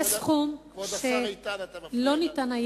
כבוד השר איתן, אתה מפריע.